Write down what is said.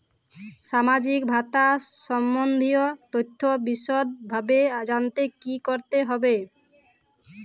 সামাজিক ভাতা সম্বন্ধীয় তথ্য বিষদভাবে জানতে কী করতে হবে?